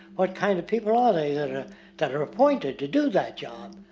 what kind of people are they that are that are appointed to do that job?